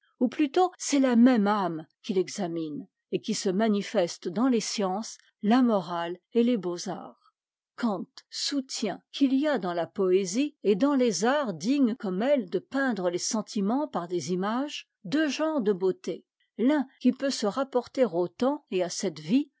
ou plutôt c'est la même âme qu'il examine et qui se manifeste dans les sciences la morale et les beauxarts kant soutient qu'il y a dans la poésie et dans les arts dignes comme elle de peindre les sentiments par des images deux genres de beauté l'un qui peut se rapporter au temps et à cette vie